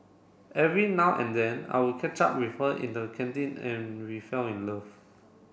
every now and then I would catch up with her in the canteen and we fell in love